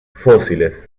fósiles